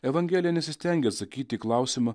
evangelija nesistengia atsakyti į klausimą